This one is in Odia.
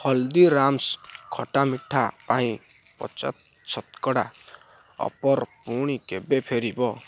ହଲଦିରାମସ୍ ଖଟା ମିଠା ପାଇଁ ପଚାଶ ଶତକଡ଼ା ଅଫର୍ ପୁଣି କେବେ ଫେରିବ